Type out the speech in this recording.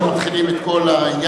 אנחנו מתחילים את כל העניין,